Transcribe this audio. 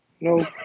No